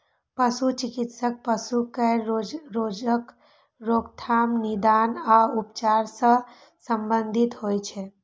पशु चिकित्सा पशु केर रोगक रोकथाम, निदान आ उपचार सं संबंधित होइ छै